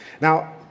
Now